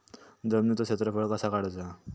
जमिनीचो क्षेत्रफळ कसा काढुचा?